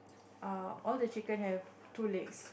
err all the chicken have two legs